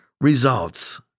results